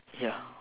ya